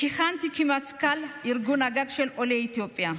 כיהנתי כמזכ"ל ארגון הגג של עולי אתיופיה,